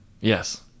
Yes